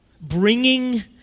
bringing